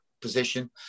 position